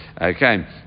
okay